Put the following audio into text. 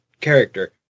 character